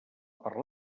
per